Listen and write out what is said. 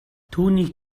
түүнийг